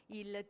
il